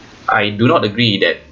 I do not agree that